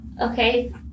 Okay